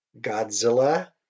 Godzilla